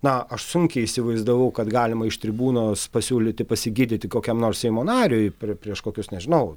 na aš sunkiai įsivaizdavau kad galima iš tribūnos pasiūlyti pasigydyti kokiam nors seimo nariui prie prieš kokius nežinau